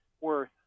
worth